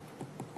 חמש דקות.